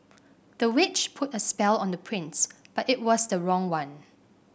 the witch put a spell on the prince but it was the wrong one